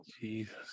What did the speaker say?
Jesus